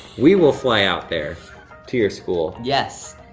we will fly out there to your school. yes.